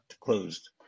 closed